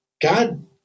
God